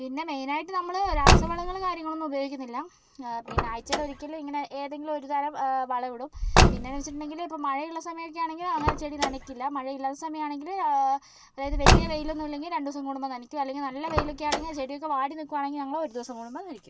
പിന്നെ മെയിൻ ആയിട്ട് നമ്മള് രാസവളങ്ങൾ കാര്യങ്ങളൊന്നും ഉപയോഗിക്കുന്നില്ല പിന്നെ ആഴ്ചയിൽ ഒരിക്കൽ ഇങ്ങനെ ഏതെങ്കിലും ഒരു തരം വളം ഇടും പിന്നെ എന്ന് വെച്ചിട്ടുണ്ടേൽ ഇപ്പോൾ മഴ ഉള്ള സമയത്തൊക്കെ ആണെങ്കിൽ അങ്ങനെ ചെടി നനയ്ക്കില്ല മഴ ഇല്ലാത്ത സമയം ആണെങ്കില് അതായത് വലിയ വെയിൽ ഒന്നും ഇല്ലെങ്കിൽ രണ്ട് ദിവസം കൂടുമ്പോൾ നനയ്ക്കും അല്ലെങ്കിൽ നല്ല വെയിലൊക്കെ ആണെങ്കിൽ ചെടിയൊക്കെ വാടി നിൽകുവാണെങ്കിൽ ഞങ്ങൾ ഒരു ദിവസം കൂടുമ്പോൾ നനയ്ക്കും